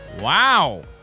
Wow